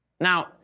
Now